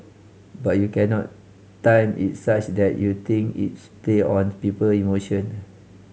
but you cannot time it such that you think it's play on people emotion